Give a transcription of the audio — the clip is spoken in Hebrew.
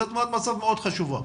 זו תמונת מצב מאוד חשובה.